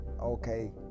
okay